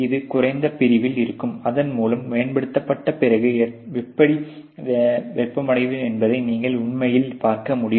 அது குறைந்த பிரிவில் இருக்கும் அதன் மூலம் மேம்படுத்தப்பட்ட பிறகு எப்படி வெப்பமடைகிறது என்பதை நீங்கள் உண்மையில் பார்க்கமுடியும்